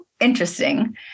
interesting